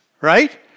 right